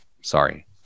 Sorry